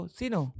sino